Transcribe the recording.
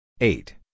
eight